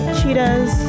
Cheetahs